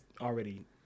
already